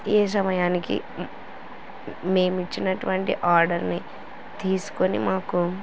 ఏ సమయానికి మేము ఇచ్చినటువంటి ఆర్డర్ని తీసుకుని మాకు